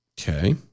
Okay